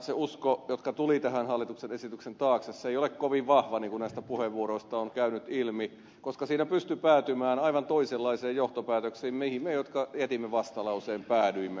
se niiden usko jotka tulivat tänne hallituksen esityksen taakse ei ole kovin vahva niin kuin näistä puheenvuoroista on käynyt ilmi koska siinä pystyi päätymään aivan toisenlaisiin johtopäätöksiin joihin me jotka jätimme vastalauseen päädyimme